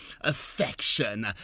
affection